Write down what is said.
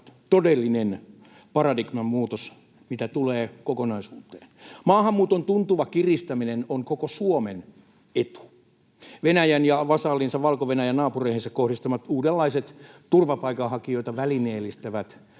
todellinen paradigman muutos, mitä tulee kokonaisuuteen. Maahanmuuton tuntuva kiristäminen on koko Suomen etu. Venäjän ja vasallinsa Valko-Venäjän naapureihinsa kohdistamat uudenlaiset, turvapaikanhakijoita välineellistävät